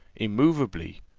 immoveably,